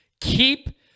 Keep